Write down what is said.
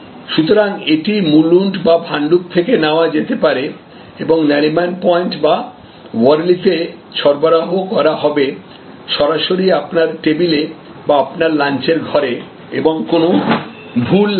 সুতরাং এটি মুলুন্ড বা ভান্ডুপ থেকে নেওয়া যেতে পারে এবং নারিমন পয়েন্ট বা ওয়ার্লিতে সরবরাহ করা হবে সরাসরি আপনার টেবিলে বা আপনার লাঞ্চের ঘরে এবং কোন ভুল না করে